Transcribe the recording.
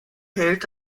hält